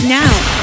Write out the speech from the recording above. now